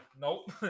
nope